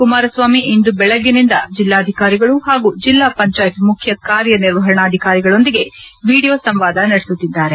ಕುಮಾರಸ್ವಾಮಿ ಇಂದು ಬೆಳಗ್ಗೆ ಜಿಲ್ಲಾಧಿಕಾರಿಗಳು ಹಾಗೂ ಜಿಲ್ಲಾ ಪಂಚಾಯತ್ ಮುಖ್ಯ ಕಾರ್ಯನಿರ್ವಹಣಾಧಿಕಾರಿಗಳೊಂದಿಗೆ ವಿಡಿಯೋ ಸಂವಾದ ನಡೆಸಿದರು